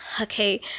Okay